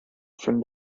from